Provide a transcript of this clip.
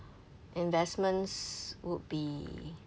investments would be